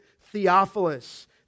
Theophilus